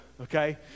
okay